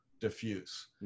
diffuse